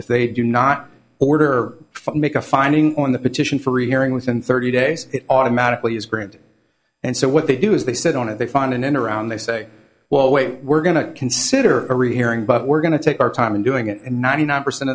if they do not order make a finding on the petition for rehearing within thirty days it automatically is granted and so what they do is they sit on it they find an end around they say well wait we're going to consider a rehearing but we're going to take our time in doing it and ninety nine percent